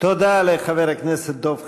תודה לחבר הכנסת דב חנין.